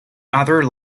other